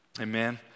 Amen